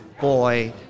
boy